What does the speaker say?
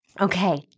Okay